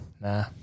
Nah